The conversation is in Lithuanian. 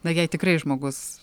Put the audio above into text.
na jei tikrai žmogus